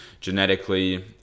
genetically